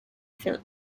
failed